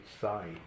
side